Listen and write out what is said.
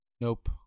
Nope